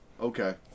Okay